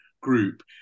group